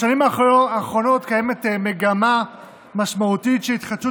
בשנים האחרונות קיימת מגמה משמעותית של התחדשות